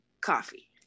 coffee